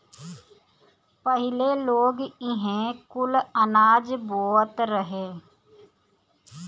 पहिले लोग इहे कुल अनाज बोअत रहे